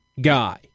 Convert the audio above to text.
guy